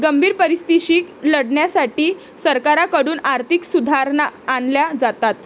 गंभीर परिस्थितीशी लढण्यासाठी सरकारकडून आर्थिक सुधारणा आणल्या जातात